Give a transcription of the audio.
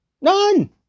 None